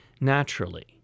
naturally